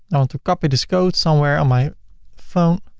i want to copy this code somewhere on my phone.